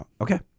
Okay